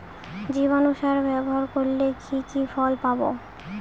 জীবাণু সার ব্যাবহার করলে কি কি ফল পাবো?